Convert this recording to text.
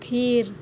ᱛᱷᱤᱨ